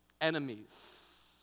enemies